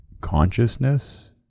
consciousness